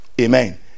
Amen